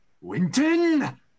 Winton